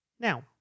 now